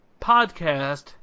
Podcast